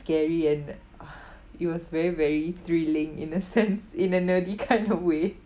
scary and it was very very thrilling in a sense in a nerdy kind of way